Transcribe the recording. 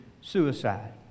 suicide